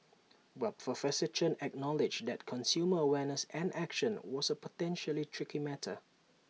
but professor Chen acknowledged that consumer awareness and action was A potentially tricky matter